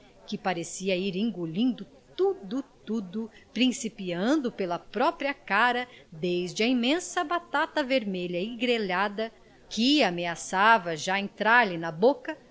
que parecia ir engolir tudo tudo principiando pela própria cara desde a imensa batata vermelha que ameaçava já entrar-lhe na boca